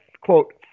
quote